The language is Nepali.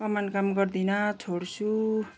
कमान काम गर्दिनँ छोड्छु